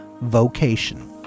vocation